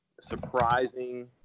surprising